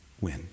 win